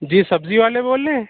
جی سبزی والے بول رہے ہیں